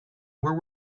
where